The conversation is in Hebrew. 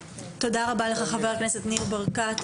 תודה רבה לך, חבר הכנסת ניר ברקת.